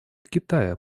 китая